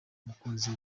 umukunzi